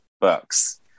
books